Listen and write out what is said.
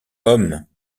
homme